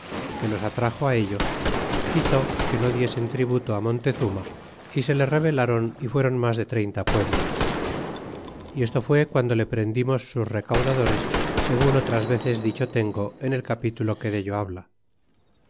que los atrax ello quitó que no diesen tributo montezurna y se le rebelaron y fueron mas de treinta pueblos y esto fue guando le prendimos sus recaudadores segun otras veces dicho tengo en el capítulo que dello habla